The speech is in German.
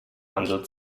handel